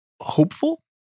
hopeful